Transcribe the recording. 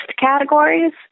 categories